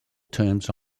terms